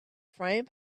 frying